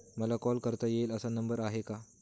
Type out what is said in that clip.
मला कॉल करता येईल असा नंबर आहे का?